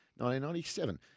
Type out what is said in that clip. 1997